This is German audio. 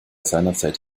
seinerzeit